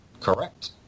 Correct